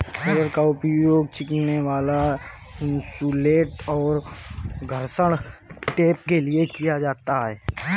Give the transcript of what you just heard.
rubber का उपयोग चिपकने वाला इन्सुलेट और घर्षण टेप के लिए किया जाता है